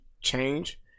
change